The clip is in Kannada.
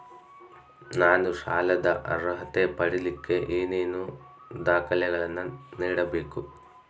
ನಾನು ಸಾಲದ ಅರ್ಹತೆ ಪಡಿಲಿಕ್ಕೆ ಏನೇನು ದಾಖಲೆಗಳನ್ನ ನೇಡಬೇಕು?